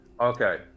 Okay